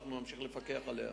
ואנחנו נמשיך לפקח עליה.